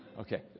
Okay